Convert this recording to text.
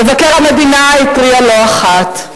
מבקר המדינה התריע לא אחת,